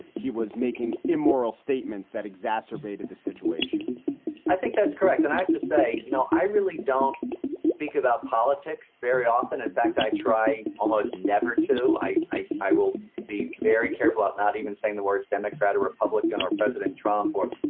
he was making immoral statements that exacerbated the situation i think that's correct. and i have to say, you know, i really don't speak about politics very often. in fact, i try almost never to. i i i will be very careful out not even saying the words democrat or republican or president trump or.